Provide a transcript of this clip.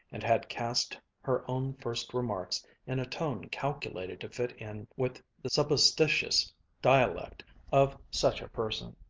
and had cast her own first remarks in a tone calculated to fit in with the supposititious dialect of such a person.